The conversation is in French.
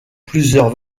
plusieurs